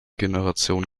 generation